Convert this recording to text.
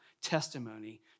testimony